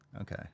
Okay